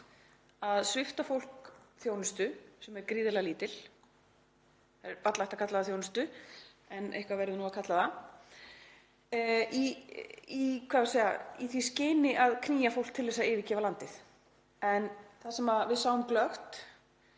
að svipta fólk þjónustu, sem er gríðarlega lítil, það er varla hægt að kalla það þjónustu, en eitthvað verður að kalla það, í því skyni að knýja fólk til að yfirgefa landið. En það sem við sáum glöggt